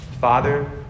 Father